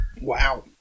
Wow